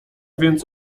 więc